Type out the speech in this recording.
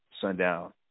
sundown